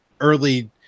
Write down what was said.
early